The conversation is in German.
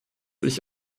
ich